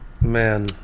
Man